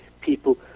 people